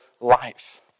life